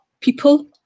people